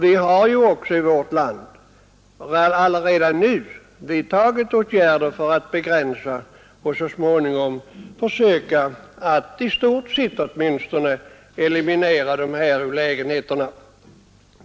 Vi har i vårt land också redan vidtagit åtgärder för att begränsa och så småningom försöka att åtminstone i stort sett eliminera dessa olägenheter.